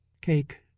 cake